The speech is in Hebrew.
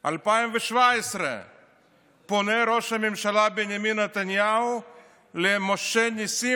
2017. פנה ראש הממשלה בנימין נתניהו למשה נסים